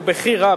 הוא בכי רע,